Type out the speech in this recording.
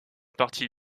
partie